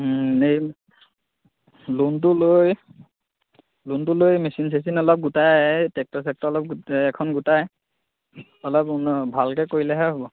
ওম এই লোনটো লৈ লোনটো লৈ মেচিন চেচিন অলপ গোটাই ট্ৰেক্টৰ চেক্টৰ অলপ এখন গোটাই অলপ ভালকৈ কৰিলেহে হ'ব